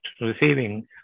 receiving